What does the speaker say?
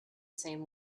same